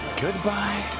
Goodbye